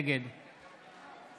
נגד